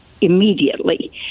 immediately